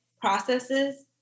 processes